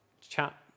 chat